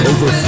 Over